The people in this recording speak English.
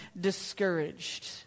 discouraged